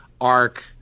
arc